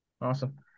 awesome